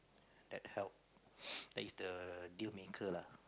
that help that is the dealmaker lah